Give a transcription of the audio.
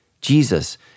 Jesus